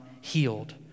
healed